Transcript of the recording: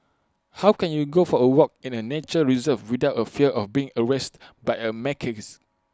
how can you go for A walk in A nature reserve without A fear of being harassed by A macaques